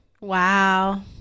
Wow